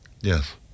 yes